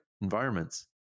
environments